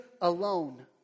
alone